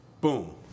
Boom